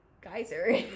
geyser